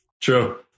True